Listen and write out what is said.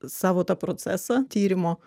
savo tą procesą tyrimo